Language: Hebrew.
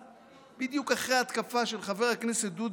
בדיוק אחרי ההתקפה של חבר הכנסת דודי אמסלם,